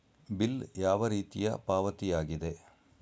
Bill ಯಾವ ರೀತಿಯ ಪಾವತಿಯಾಗಿದೆ?